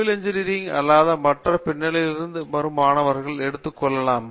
civil engineering அல்லாத மற்ற பின்னணியிலிருந்தும் மாணவர்களை எடுத்துக் கொள்ளலாம்